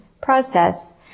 process